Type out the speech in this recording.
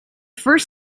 first